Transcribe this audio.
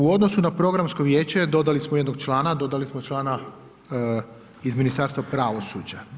U odnosu na programsko vijeće, dodali smo jednog člana, dodali smo člana iz Ministarstva pravosuđa.